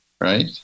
Right